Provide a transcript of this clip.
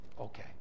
okay